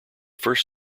first